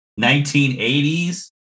1980s